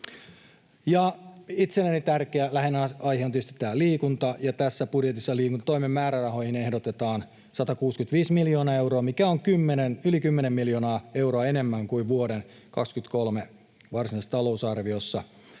Itselleni tärkeä aihe on tietysti liikunta, ja tässä budjetissa liikuntatoimen määrärahoihin ehdotetaan 165 miljoonaa euroa, mikä on yli 10 miljoonaa euroa enemmän kuin vuoden 23 varsinaisessa talousarviossa.